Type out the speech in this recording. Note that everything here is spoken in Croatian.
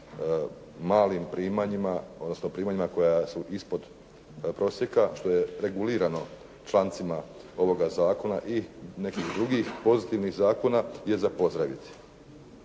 malim primanjima, odnosno primanjima koja su ispod prosjeka što je regulirano člancima ovoga zakona i nekih drugih pozitivnih zakona, je za pozdraviti.